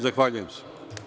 Zahvaljujem se.